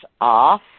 off